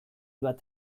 bat